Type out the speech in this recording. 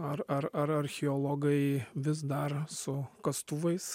ar ar ar archeologai vis dar su kastuvais